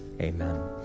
amen